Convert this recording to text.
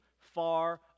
far